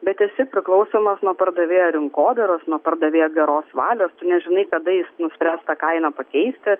bet esi priklausomas nuo pardavėjo rinkodaros nuo pardavėjo geros valios tu nežinai kada jis nuspręs tą kainą pakeisti